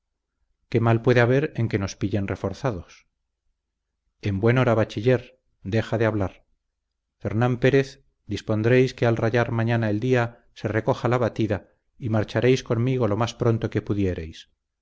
qué mal puede haber en que nos pillen reforzados en buen hora bachiller deja de hablar fernán pérez dispondréis que al rayar mañana el día se recoja la batida y marcharéis conmigo lo más pronto que pudiereis